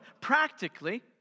practically